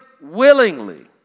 willingly